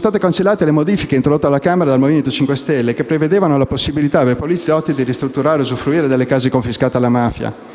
state poi cancellate le modifiche introdotte alla Camera dal Movimento 5 Stelle che prevedevano la possibilità per i poliziotti di ristrutturare e usufruire delle abitazioni confiscate alla mafia